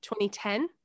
2010